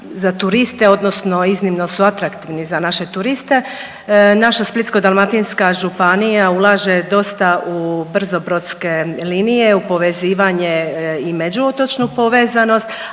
za turiste odnosno iznimno su atraktivni za naše turiste. Naša Splitsko-dalmatinska županija ulaže dosta u brzobrodske linije, u povezivanje i međuotočnu povezanost,